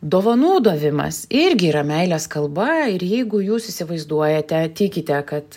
dovanų davimas irgi yra meilės kalba ir jeigu jūs įsivaizduojate tikite kad